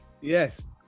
Yes